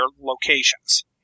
locations